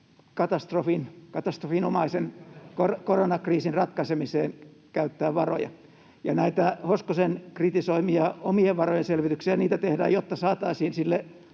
katastrofinomaisen koronakriisin ratkaisemiseen käyttää varoja? Ja näitä Hoskosen kritisoimia omien varojen selvityksiä tehdään, jotta saataisiin EU:lle